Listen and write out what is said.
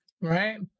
right